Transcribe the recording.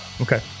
Okay